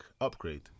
Upgrade